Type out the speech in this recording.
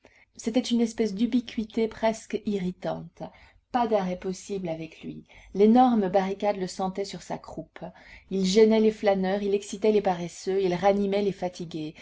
c'était une espèce d'ubiquité presque irritante pas d'arrêt possible avec lui l'énorme barricade le sentait sur sa croupe il gênait les flâneurs il excitait les paresseux il ranimait les fatigués